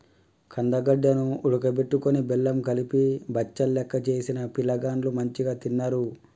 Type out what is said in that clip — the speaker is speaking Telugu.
కందగడ్డ ను ఉడుకబెట్టుకొని బెల్లం కలిపి బచ్చలెక్క చేసిన పిలగాండ్లు మంచిగ తిన్నరు